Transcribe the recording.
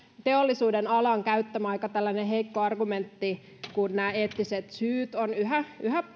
teollisuuden alan käyttämä aika heikko argumentti kun nämä eettiset syyt ovat yhä